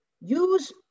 use